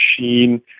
machine